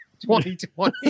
2020